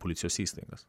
policijos įstaigas